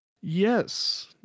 Yes